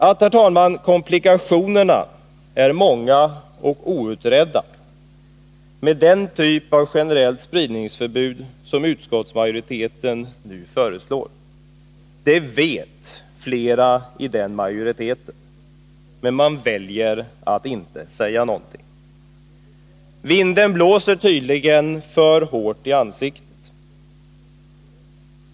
Att, herr talman, komplikationerna är många och outredda med den typ av generellt spridningsförbud som utskottsmajoriteten nu föreslår, vet flera av de ledamöter som utgör majoriteten. Men man väljer att inte säga någonting. Vinden blåser tydligen för hårt i ansiktet.